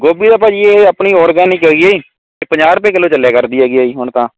ਗੋਭੀ ਤਾਂ ਭਾਅ ਜੀ ਇਹ ਆਪਣੀ ਔਰਗੈਨਿਕ ਹੈਗੀ ਹੈ ਜੀ ਅਤੇ ਪੰਜਾਹ ਰੁਪਏ ਕਿਲੋ ਚੱਲਿਆ ਕਰਦੀ ਹੈਗੀ ਜੀ ਹੁਣ ਤਾਂ